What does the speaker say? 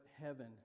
heaven